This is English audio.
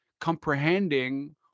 comprehending